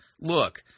Look